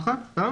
חבר